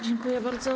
Dziękuję bardzo.